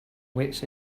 wits